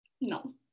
no